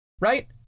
right